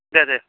दे दे दे अके